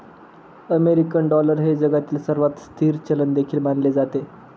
American dollar हे जगातील सर्वात स्थिर चलन देखील मानले जाते